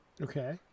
Okay